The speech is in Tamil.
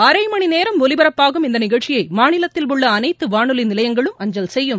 அரை மணிநேரம் ஒலிபரப்பாகும் இந்த நிகழ்ச்சியை மாநிலத்தில் உள்ள அனைத்து வானொலி நிலையங்களும் அஞ்சல் செய்யும்